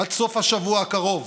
עד סוף השבוע הקרוב